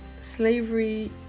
slavery